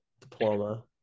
diploma